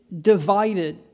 divided